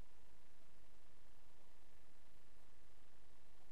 ה-90, הסתבר